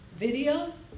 Videos